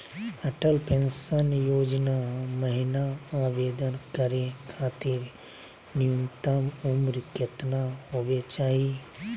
Atal pension Yojana महिना आवेदन करै खातिर न्युनतम उम्र केतना होवे चाही?